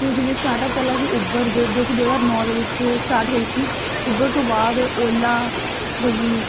ਅਤੇ ਜਿਵੇਂ startup ਪਹਿਲਾਂ ਸੀ ਉਭਰ ਜੋ ਜੋ ਕਿ ਦੋ ਹਜ਼ਾਰ ਨੌ ਦੇ ਵਿੱਚ ਸਟਾਰਟ ਹੋਈ ਸੀ ਉਭਰ ਤੋਂ ਬਾਅਦ ਓਲਾ ਹੋ ਗਈ